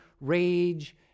rage